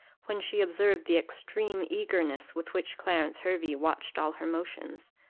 when she observed the extreme eagerness with which clarence hervey watched all her motions,